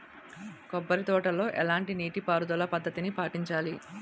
కొబ్బరి తోటలో ఎలాంటి నీటి పారుదల పద్ధతిని పాటించాలి?